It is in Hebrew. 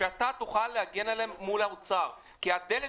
שאתה תוכל להגן עליהם מול האוצר כי הדלת